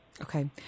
Okay